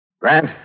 Grant